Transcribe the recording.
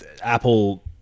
Apple